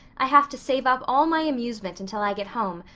i have to save up all my amusement until i get home,